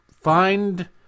Find